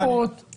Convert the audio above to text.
דיון שלישי בנושא.